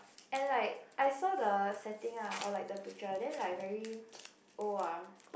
and like I saw the setting ah or like the picture then like very old ah